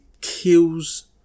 kills